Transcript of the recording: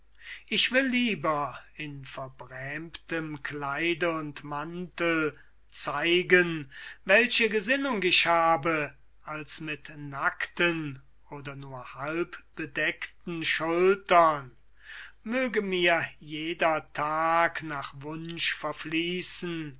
ich will lieber in verbrämtem kleide und mantel zeigen welche gesinnung ich habe als mit nackten oder nur halbbedeckten schultern möge mir jeder tag nach wunsch verfließen